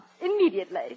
immediately